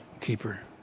keeper